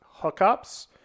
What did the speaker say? hookups